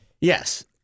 Yes